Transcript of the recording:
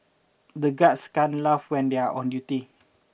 the guards can't laugh when they are on duty